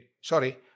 sorry